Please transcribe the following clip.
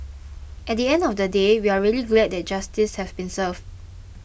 at the end of the day we are really glad that justice have been served